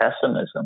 pessimism